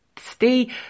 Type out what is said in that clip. stay